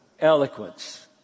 eloquence